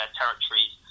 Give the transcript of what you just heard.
territories